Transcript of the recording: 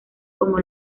como